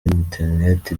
interineti